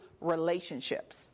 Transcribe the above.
relationships